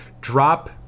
drop